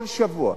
כל שבוע.